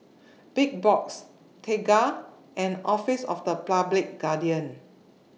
Big Box Tengah and Office of The Public Guardian